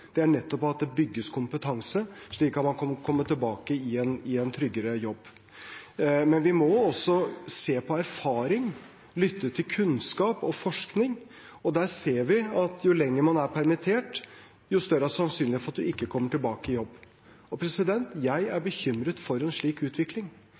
nettopp at det bygges kompetanse, slik at man kan komme tilbake i en tryggere jobb. Men vi må også se på erfaring, lytte til kunnskap og forskning, og der ser vi at jo lenger man er permittert, jo større er sannsynligheten for at man ikke kommer tilbake i jobb. Jeg er bekymret for en slik utvikling. Jeg er